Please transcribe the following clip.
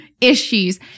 issues